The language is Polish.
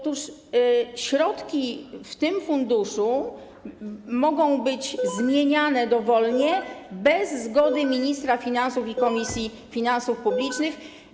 Otóż środki w tym funduszu mogą być zmieniane dowolnie, bez zgody ministra finansów i Komisji Finansów Publicznych.